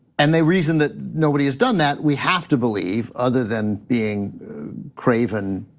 and the reason that nobody has done that, we have to believe, other than being craven